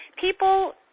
people